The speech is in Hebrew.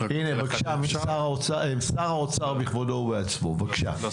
הנה האוצר עם שר האוצר בכבודו ובעצמו, בבקשה.